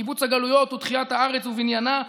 קיבוץ הגלויות ותחילת הארץ ובניינה,